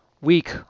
weak